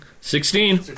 Sixteen